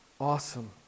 awesome